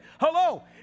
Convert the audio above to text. Hello